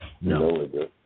No